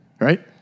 Right